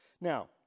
Now